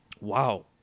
wow